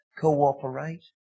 cooperate